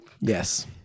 Yes